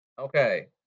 Okay